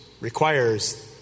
requires